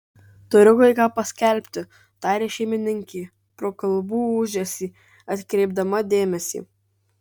turiu kai ką paskelbti tarė šeimininkė pro kalbų ūžesį atkreipdama dėmesį